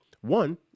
One